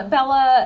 Bella